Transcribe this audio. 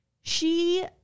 she-